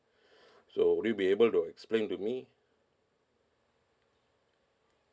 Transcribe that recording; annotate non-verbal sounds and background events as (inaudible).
(breath) so will you be able to explain to me